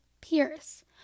Pierce